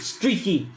Streaky